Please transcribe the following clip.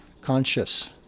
conscious